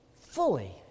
fully